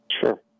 Sure